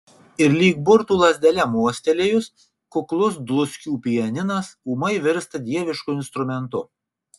ir lyg burtų lazdele mostelėjus kuklus dluskių pianinas ūmai virsta dievišku instrumentu